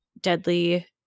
Deadly –